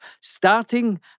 Starting